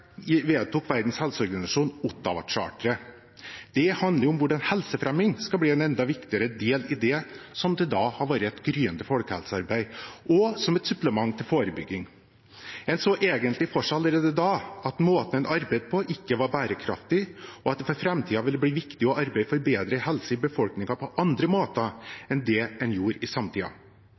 vedtok Verdens helseorganisasjon, WHO, Ottawa-charteret. Det handler om hvordan helsefremming skulle bli en enda viktigere del av det som til da hadde vært et gryende helsearbeid, og som et supplement til forebygging. En så egentlig for seg allerede da at måten en arbeidet på, ikke var bærekraftig, og at det for framtiden ville bli viktig å arbeide for bedre helse i befolkningen på andre måter enn det en gjorde i